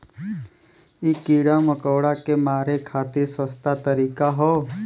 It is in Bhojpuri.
इ कीड़ा मकोड़ा के मारे खातिर सस्ता तरीका हौ